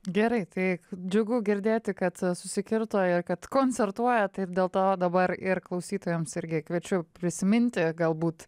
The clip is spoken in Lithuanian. gerai tai džiugu girdėti kad susikirto ir kad koncertuojat tai ir dėl to dabar ir klausytojams irgi kviečiu prisiminti galbūt